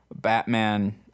Batman